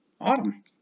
Autumn